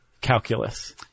calculus